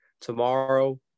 Tomorrow